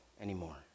anymore